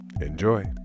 Enjoy